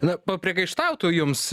na papriekaištautų jums